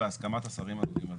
בהסכמת השרים הנוגעים לדבר.